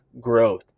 growth